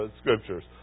scriptures